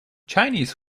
chinese